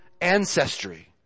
ancestry